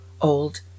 old